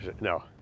No